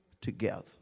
together